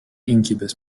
incubus